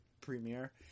premiere